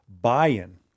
buy-in